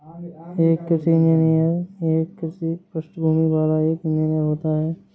एक कृषि इंजीनियर एक कृषि पृष्ठभूमि वाला एक इंजीनियर होता है